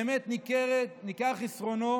באמת ניכר, חסרונו